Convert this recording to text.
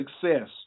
success